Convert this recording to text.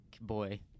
boy